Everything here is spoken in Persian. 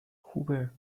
خوبه